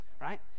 right